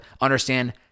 understand